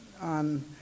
on